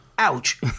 ouch